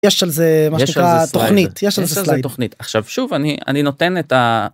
יש על זה משהו תוכנית תוכנית עכשיו שוב אני אני נותן את.